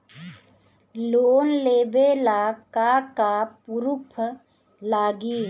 Loan लेबे ला का का पुरुफ लागि?